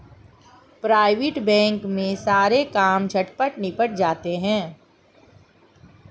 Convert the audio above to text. private bank में सारे काम झटपट निबट जाते हैं